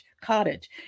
cottage